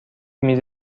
میز